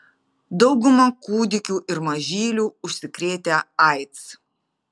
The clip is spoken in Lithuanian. dauguma kūdikių ir mažylių užsikrėtę aids